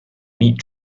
meat